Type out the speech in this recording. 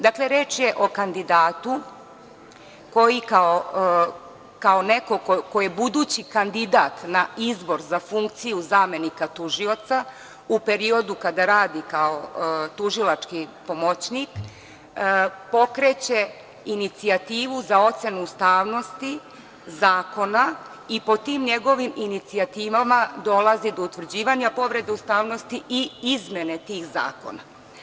Dakle, reč je o kandidatu koji kao budući kandidat na izbor za funkciju zamenika tužioca, u periodu kada radi kao tužilački pomoćnik, pokreće inicijativu za ocenu ustavnosti zakona i po tim njegovim inicijativama dolazi do utvrđivanja povrede ustavnosti i izmene tih zakona.